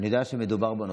אני יודע שמדובר בנושא.